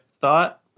thought